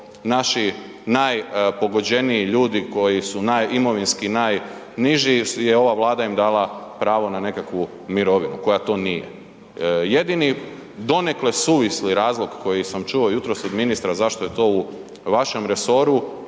naši najpogođeniji ljudi koji su imovinski najniži jer je ova Vlada im dala pravo na nekakvu mirovinu koja to nije. Jedini donekle suvisli razlog koji sam čuo jutros od ministra zašto je to u vašem resoru